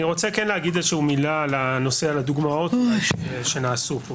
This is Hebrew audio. אני רוצה להגיד מילה על הדוגמאות שנעשו פה.